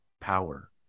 power